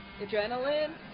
Adrenaline